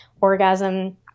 orgasm